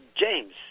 James